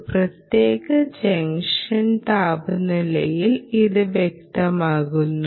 ഒരു പ്രത്യേക ജംഗ്ഷൻ താപനിലയിൽ ഇത് വ്യക്തമാക്കുന്നു